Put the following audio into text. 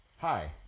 Hi